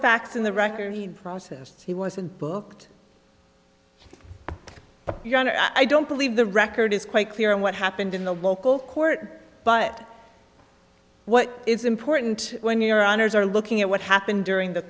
facts in the record process he wasn't booked your honor i don't believe the record is quite clear on what happened in the local court but what is important when your honour's are looking at what happened during the